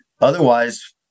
Otherwise